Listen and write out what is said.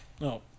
No